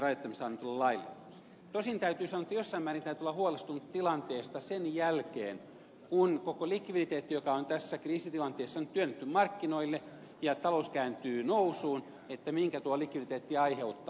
tosin täytyy sanoa että jossain määrin täytyy olla huolestunut tilanteesta sen jälkeen kun koko likviditeetti on tässä kriisitilanteessa nyt työnnetty markkinoille ja talous kääntyy nousuun minkä tuo likviditeetti aiheuttaa